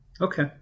Okay